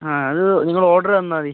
ആ അത് നിങ്ങൾ ഓർഡർ തന്നാൽ മതി